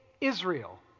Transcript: Israel